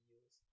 use